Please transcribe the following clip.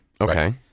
Okay